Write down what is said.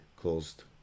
closed